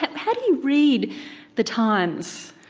how how do you read the times?